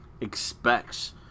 expects